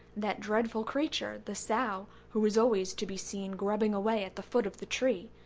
that dreadful creature, the sow, who is always to be seen grubbing away at the foot of the tree,